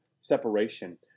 separation